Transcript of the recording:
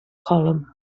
column